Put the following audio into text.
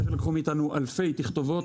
אחר כך לקחנו מאיתנו אלפי תכתובות,